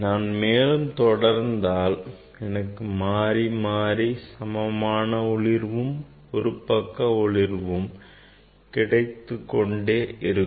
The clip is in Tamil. நான் மேலும் தொடர்ந்தால் எனக்கு மாறிமாறி சமமான ஒளிர்வும் ஒருபக்க ஒளிர்வும் கிடைத்துக் கொண்டே இருக்கும்